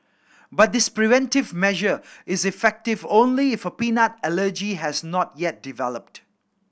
but this preventive measure is effective only if a peanut allergy has not yet developed